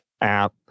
app